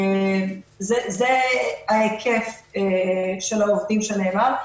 זה ההיקף של העובדים שנאמר.